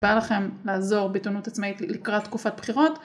בא לכם לעזור בעיתונות עצמאית לקראת תקופת בחירות.